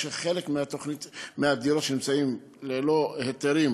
חלק מהדירות שנמצאות ללא היתרים,